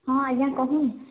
ହଁ ଆଜ୍ଞା କହୁନ୍